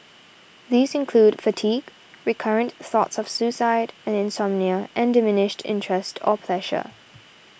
these include fatigue recurrent thoughts of suicide insomnia and diminished interest or pleasure